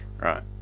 right